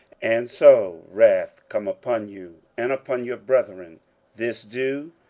and so wrath come upon you, and upon your brethren this do,